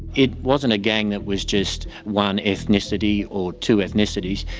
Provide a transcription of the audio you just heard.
it wasn't a gang that was just one ethnicity or two ethnicities.